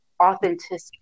authenticity